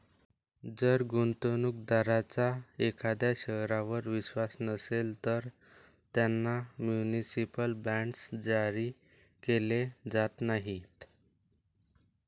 जर गुंतवणूक दारांचा एखाद्या शहरावर विश्वास नसेल, तर त्यांना म्युनिसिपल बॉण्ड्स जारी केले जात नाहीत